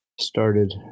started